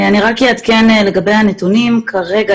איפה הנתונים האלה?